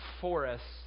forests